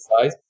size